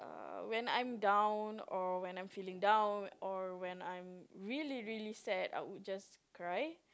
uh when I'm down or when I'm feeling down or when I'm really really sad I would just cry